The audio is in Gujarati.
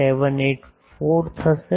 784 થશે